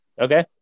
Okay